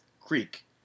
creek